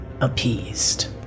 appeased